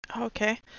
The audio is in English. Okay